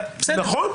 נכון.